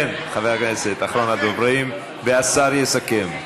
כן, חבר הכנסת, אחרון הדוברים, והשר יסכם.